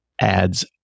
adds